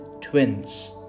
twins